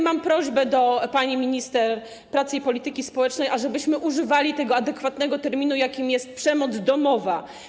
Mam prośbę do pani minister rodziny pracy i polityki społecznej, ażebyśmy używali adekwatnego terminu, jakim jest „przemoc domowa”